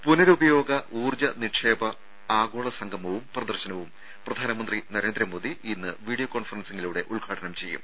രമേ പുനരുപയോഗ ഊർജ്ജ നിക്ഷേപ ആഗോള സംഗമവും പ്രദർശനവും പ്രധാനമന്ത്രി നരേന്ദ്രമോദി ഇന്ന് വീഡിയോ കോൺഫറൻസിങ്ങിലൂടെ ഉദ്ഘാടനം ചെയ്യും